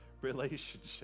relationship